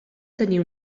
tenir